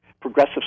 progressive